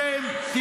אסם,